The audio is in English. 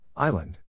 Island